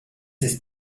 ist